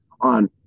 on